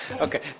Okay